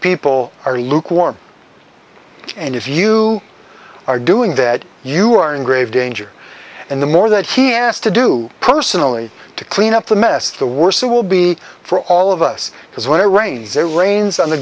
people are lukewarm and if you are doing that you are in grave danger and the more that he asked to do personally to clean up the mess the worse it will be for all of us because when i rains there rains on the